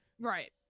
Right